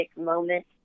moment